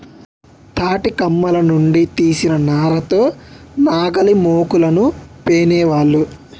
తాటికమ్మల నుంచి తీసిన నార తో నాగలిమోకులను పేనేవాళ్ళు